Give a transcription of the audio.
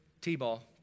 T-ball